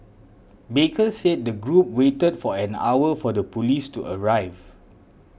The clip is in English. baker said the group waited for an hour for the police to arrive